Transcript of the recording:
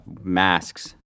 masks